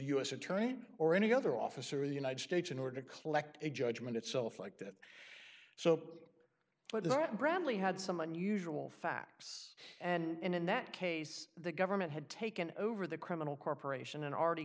attorney or any other officer of the united states in order to collect a judgment itself like that so what is that bradley had some unusual facts and in that case the government had taken over the criminal corporation and already